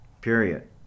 Period